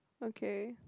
okay